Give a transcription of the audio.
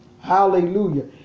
Hallelujah